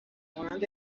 مانند